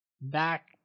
Back